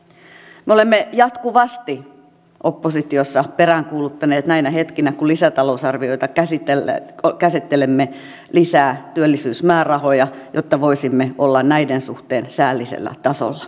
me olemme jatkuvasti oppositiossa peräänkuuluttaneet näinä hetkinä kun lisätalousarvioita käsittelemme lisää työllisyysmäärärahoja jotta voisimme olla näiden suhteen säällisellä tasolla